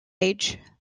age